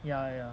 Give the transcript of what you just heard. ya ya